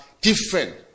different